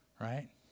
right